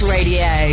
Radio